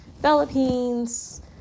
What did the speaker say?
Philippines